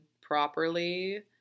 properly